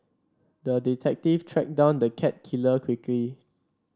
the detective tracked down the cat killer quickly